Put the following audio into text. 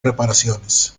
reparaciones